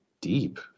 deep